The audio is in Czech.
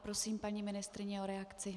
Prosím paní ministryni o reakci.